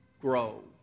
grow